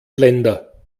länder